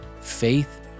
faith